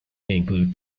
include